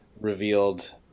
revealed